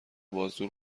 بازور